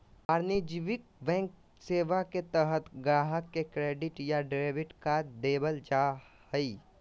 वाणिज्यिक बैंकिंग सेवा के तहत गाहक़ के क्रेडिट या डेबिट कार्ड देबल जा हय